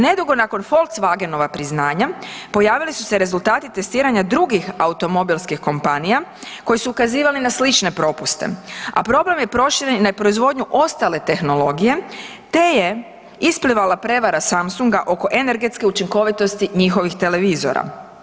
Nedugo nakon volkswagenova priznanja pojavili su se rezultati testiranja drugih automobilskih kompanija koji su ukazivali na slične propuste, a problem je proširen i na proizvodnju ostale tehnologije, te je isplivala prevara Samsunga oko energetske učinkovitosti njihovih televizora.